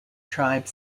tribe